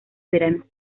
veranos